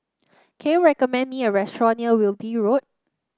can you recommend me a restaurant near Wilby Road